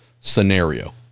scenario